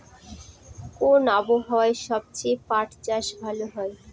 কোন আবহাওয়ায় সবচেয়ে পাট চাষ ভালো হয়?